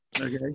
Okay